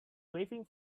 waving